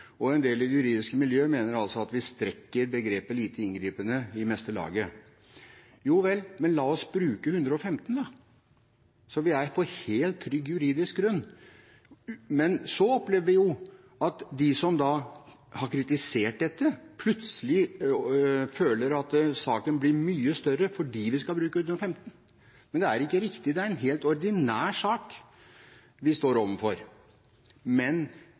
115. En del i det juridiske miljøet mener at vi strekker begrepet «lite inngripende» i meste laget. Ja vel, men la oss bruke § 115 da, så vi er på helt trygg juridisk grunn. Men så opplever vi at de som har kritisert dette, plutselig føler at saken blir mye større fordi vi skal bruke § 115. Det er ikke riktig ‒ det er en helt ordinær sak vi står